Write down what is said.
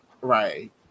Right